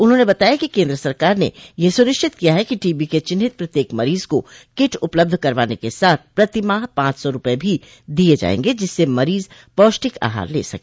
उन्होंने बताया कि केन्द्र सरकार ने यह सुनिश्चित किया है कि टीबी के चिन्हित प्रत्येक मरीज को किट उपलब्ध करवाने के साथ प्रति माह पांच सौ रूपये भी दिये जायेंगे जिससे मरीज पौष्टिक आहार ले सके